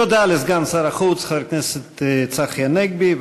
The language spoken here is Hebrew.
תודה לסגן שר החוץ חבר הכנסת צחי הנגבי,